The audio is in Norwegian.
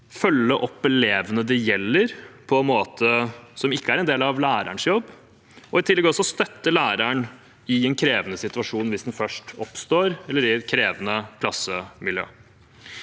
følge opp elevene det gjelder på en måte som ikke er en del av lærernes jobb, og i tillegg støtte læreren i en krevende situasjon, hvis den først oppstår, eller i et krevende klassemiljø.